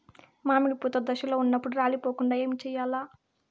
మామిడి పూత దశలో ఉన్నప్పుడు రాలిపోకుండ ఏమిచేయాల్ల?